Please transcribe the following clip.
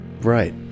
Right